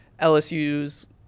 LSU's